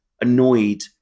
annoyed